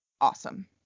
awesome